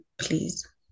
please